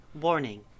Warning